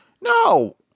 No